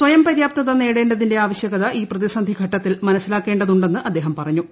സ്വയം പര്യാപ്തത നേടേണ്ടതിന്റെ അവശ്യകത ഈ പ്രതിസന്ധി ഘട്ടത്തിൽ മനസ്സിലാക്കേണ്ടതുണ്ടെന്ന് അദ്ദേഹം പറഞ്ഞു